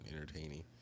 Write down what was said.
entertaining